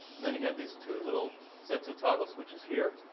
and then he had these two little sets of toggle switches here.